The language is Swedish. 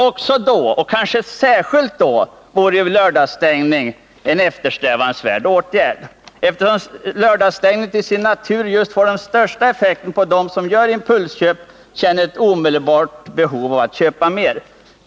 Också då — och kanske särskilt då — vore en lördagsstängning en eftersträvansvärd åtgärd, eftersom lördagsstängningen får den största effekten på dem som gör impulsköp och känner ett omedelbart behov av att köpa mer.